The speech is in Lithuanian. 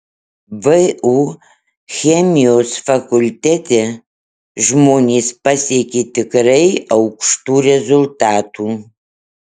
vu chemijos fakultete žmonės pasiekė tikrai aukštų rezultatų